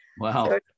Wow